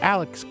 Alex